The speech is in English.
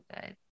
good